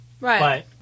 Right